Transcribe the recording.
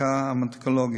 מחלקה אונקולוגית,